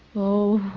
oh